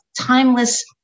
timeless